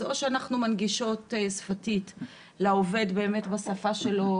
אז או שאנחנו מנגישות לעובד בשפה שלו